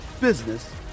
business